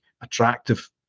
attractive